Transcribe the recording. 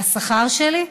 והשכר שלי?